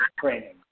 training